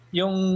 yung